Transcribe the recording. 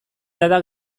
jada